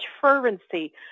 fervency